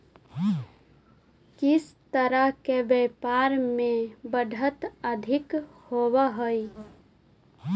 किस तरह के व्यापार में बढ़त अधिक होवअ हई